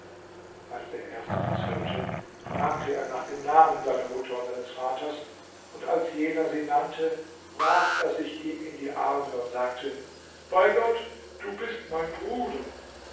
als der erste dies hörte fragte er nach den namen seiner mutter und seines vaters und als jener sie nannte warf er sich ihm in die arme und sagte bei gott du bist mein bruder